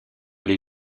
les